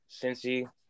Cincy